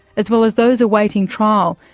as well as those awaiting trial.